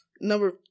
number